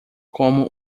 como